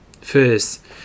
First